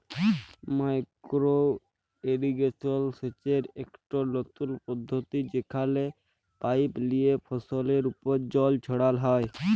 micro irrigation সেচের ইকট লতুল পদ্ধতি যেখালে পাইপ লিয়ে ফসলের উপর জল ছড়াল হ্যয়